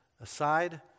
aside